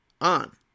on